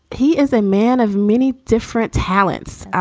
he is a man of many different talents,